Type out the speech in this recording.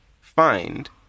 find